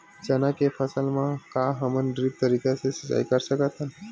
चना के फसल म का हमन ड्रिप तरीका ले सिचाई कर सकत हन?